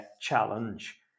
challenge